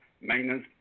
maintenance